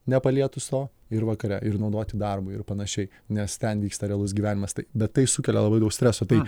nepalietus o ir vakare ir naudoti darbui ir panašiai nes ten vyksta realus gyvenimas tai bet tai sukelia labai daug streso tai